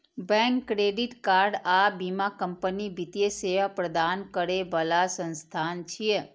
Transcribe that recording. bank, credit card आ बीमा company वित्तीय सेवा प्रदान करै बला संस्थान छियै